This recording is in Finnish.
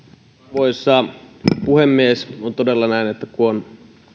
arvoisa puhemies on todella näin että kun on